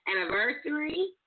anniversary